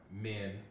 men